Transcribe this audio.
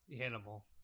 Animal